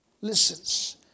listens